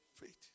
faith